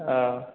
औ